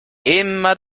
immer